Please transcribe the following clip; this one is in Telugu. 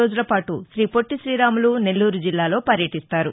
రోజులపాటు శ్రీపొట్లి శ్రీరాములు నెల్లూరు జిల్లాలో పర్యటిస్తారు